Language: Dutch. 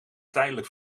tijdelijk